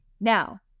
Now